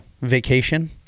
vacation